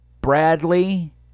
Bradley